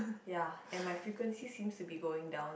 ya and my frequency seems to be going down